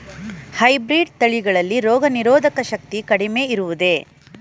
Hybrid ತಳಿಗಳಲ್ಲಿ ರೋಗನಿರೋಧಕ ಶಕ್ತಿ ಕಡಿಮೆ ಇರುವುದೇ?